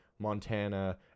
Montana